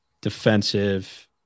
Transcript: defensive